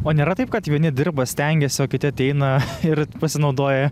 o nėra taip kad vieni dirba stengiasi o kiti ateina ir pasinaudoja